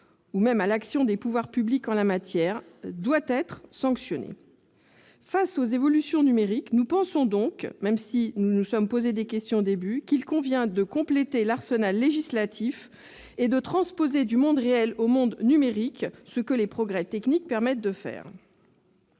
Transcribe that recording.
ou même à l'action des pouvoirs publics en la matière, doit être sanctionnée. Face aux évolutions numériques, nous pensons donc, même si nous nous sommes posé des questions au début, qu'il convient de compléter l'arsenal législatif. Il faut le transposer du monde réel au monde numérique pour tenir compte de ce que les progrès techniques permettent de faire.